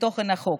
לתוכן החוק.